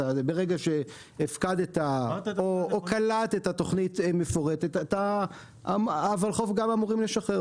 ברגע שהפקדת או קלטת תוכנית מפורטת הוולחו"ף גם אמורים לשחרר.